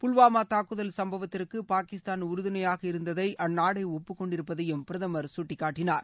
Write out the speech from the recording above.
புல்வாமா தாக்குதல் சம்பவத்துக்கு பாகிஸ்தான் உறுதுணையாக இருந்ததை அந்நாடே ஒப்புக்கொண்டிருப்பதையும் பிரதமர் சுட்டிக்காட்டினார்